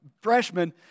freshman